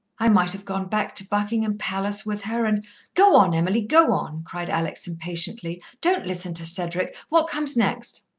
i might have gone back to buckingham palace with her and go on, emily, go on! cried alex impatiently. don't listen to cedric. what comes next?